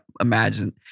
imagine